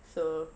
so